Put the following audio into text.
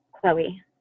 Chloe